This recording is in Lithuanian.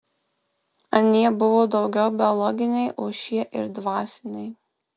anie buvo daugiau biologiniai o šie ir dvasiniai